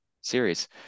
series